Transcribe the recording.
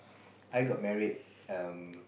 I got married um